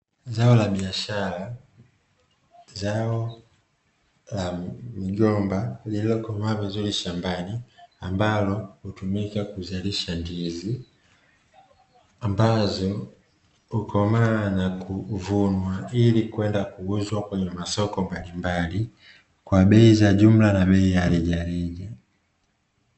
Zao la biashara. Zao la migomba lililokomaa vizuri shambani ambalo hutumika kuzalisha ndizi, mabazo hukomaa na kuuzwa ili kwenda kuuzwa masokoni kwa bei ya jumla na bei ya rejareja.